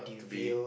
to be